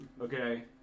Okay